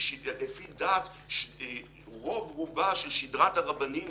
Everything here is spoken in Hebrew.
לפי דעת רוב רובה של שדרת הרבנים